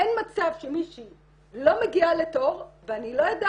אין מצב שמישהי לא מגיעה לתור ואני לא אדע